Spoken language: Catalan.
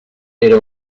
era